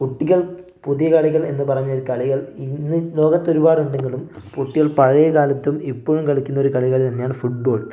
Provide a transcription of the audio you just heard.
കുട്ടികൾ പുതിയ കളികൾ എന്നു പറഞ്ഞാൽ കളികൾ ഇന്ന് ലോകത്ത് ഒരുപാടുണ്ടെങ്കിലും കുട്ടികൾ പഴയകാലത്തും ഇപ്പോഴും കളിക്കുന്ന ഒരു കളികൾ തന്നെയാണ് ഫുട്ബോൾ